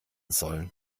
sollen